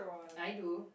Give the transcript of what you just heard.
I do